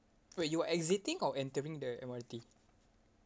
wait you were exiting or entering the M_R_T